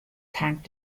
tank